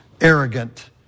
Arrogant